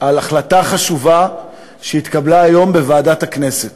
על החלטה חשובה שהתקבלה היום בוועדת הכנסת.